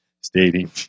stating